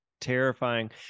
terrifying